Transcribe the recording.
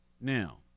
now